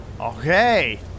Okay